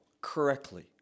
correctly